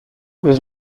was